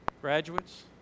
Graduates